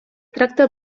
tracta